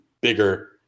bigger